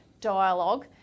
dialogue